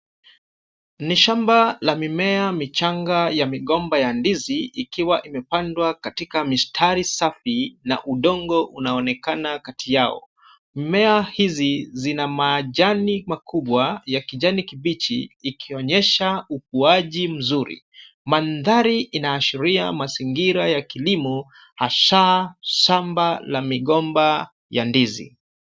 Ni shamba la mimea michanga ya migomba ya ndizi ikiwa imepandwa katika mistari safi na udongo unaonekana kati yao. Mimea hizi zina majani makubwa ya kijani kibichi ikionyesha ukuaji mzuri. Mandhari inaashiria mazingira ya kilimo hasa shamba la migomba ya ndizi.